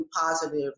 positive